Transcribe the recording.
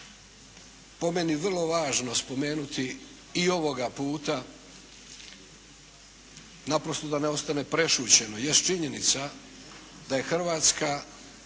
po meni vrlo važno spomenuti i ovoga puta naprosto da ne ostane prešućeno jest činjenica da je Hrvatska